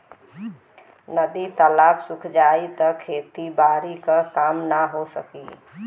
नदी तालाब सुख जाई त खेती बारी क काम ना हो सकी